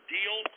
deal